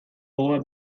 gogoa